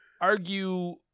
argue